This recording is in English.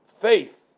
faith